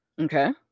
okay